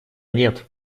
нет